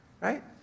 right